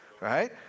right